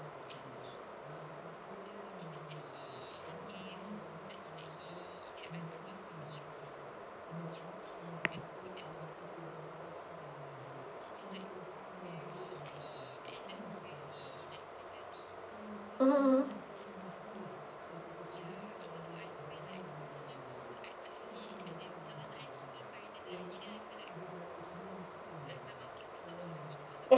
mmhmm mmhmm ya